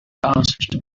asked